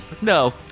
No